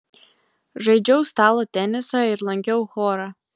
žaidžiau stalo tenisą ir lankiau chorą